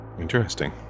Interesting